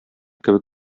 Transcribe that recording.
кебек